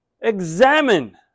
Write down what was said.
examine